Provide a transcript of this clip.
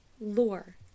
Lore